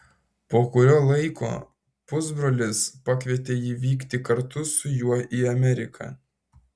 po kurio laiko pusbrolis pakvietė jį vykti kartu su juo į ameriką